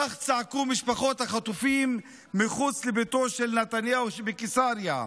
כך צעקו משפחות החטופים מחוץ לביתו של נתניהו שבקיסריה.